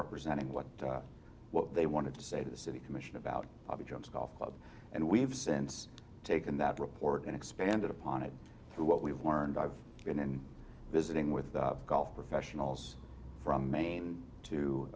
representing what what they wanted to say to the city commission about bobby jones golf club and we have since taken that report and expanded upon it through what we've learned i've been visiting with the golf professionals from maine to